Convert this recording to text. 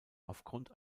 aufgrund